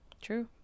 true